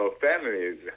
families